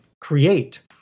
create